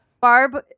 barb